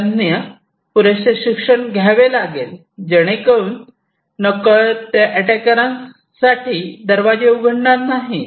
त्यांना पुरेसे शिक्षण घ्यावे लागेल जेणेकरून नकळत ते अटॅकरांसाठी दरवाजे उघडणार नाहीत